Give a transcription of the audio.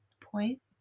point